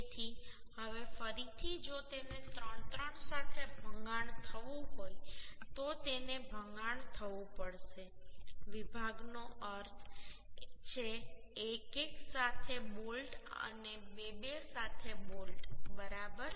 તેથી હવે ફરીથી જો તેને 3 3 સાથે ભંગાણ થવું હોય તો તેને ભંગાણ થવું પડશે વિભાગનો અર્થ છે 1 1 સાથે બોલ્ટ અને 2 2 સાથે બોલ્ટ બરાબર